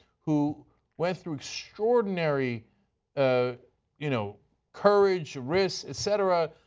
who went through extraordinary ah you know courage, risk, et cetera,